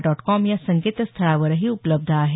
dot com या संकेतस्थळावरही उपलब्ध आहे